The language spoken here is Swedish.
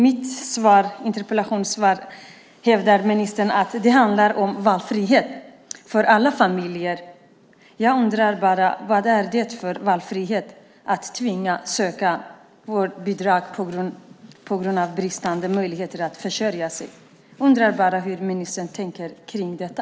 I interpellationssvaret hävdar ministern att det handlar om valfrihet för alla familjer. Jag undrar: Vad är det för valfrihet att tvingas söka vårdnadsbidrag på grund av bristande möjligheter att försörja sig? Jag undrar hur ministern tänker i fråga om detta.